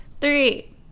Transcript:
three